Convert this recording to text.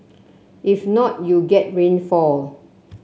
if not you get rainfall